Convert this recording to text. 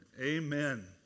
Amen